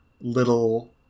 little